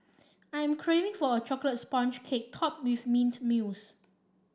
I'm craving for a chocolate sponge cake topped with mint mousse